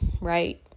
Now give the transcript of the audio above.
right